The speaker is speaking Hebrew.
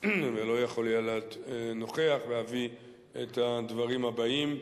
ולא יכול היה להיות נוכח, ואביא את הדברים הבאים.